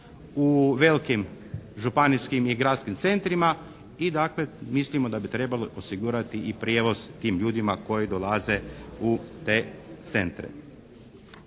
u velikim županijskim i gradskim centrima i dakle mislimo da bi trebalo osigurati i prijevoz tim ljudima koji dolaze u te centre.